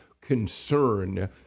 concern